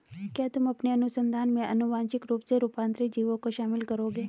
क्या तुम अपने अनुसंधान में आनुवांशिक रूप से रूपांतरित जीवों को शामिल करोगे?